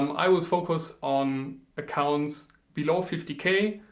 i will focus on accounts below fifty k.